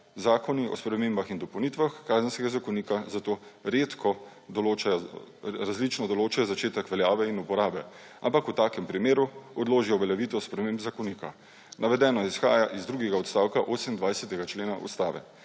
Zakoni o spremembah in dopolnitvah Kazenskega zakonika zato redko različno določajo začetek veljave in uporabe, ampak v takem primeru odložijo uveljavitev sprememb zakonika. Navedeno izhaja iz drugega odstavka 28. člena Ustave.